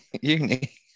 uni